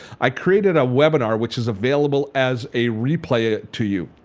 i created a webinar which is available as a replay ah to you.